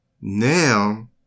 now